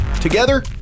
Together